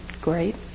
great